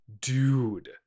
dude